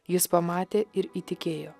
jis pamatė ir įtikėjo